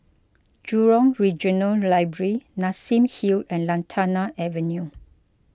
Jurong Regional Library Nassim Hill and Lantana Avenue